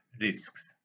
risks